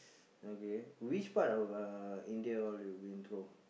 okay which part of uh India all you been through